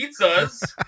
pizzas